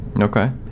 okay